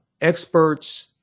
experts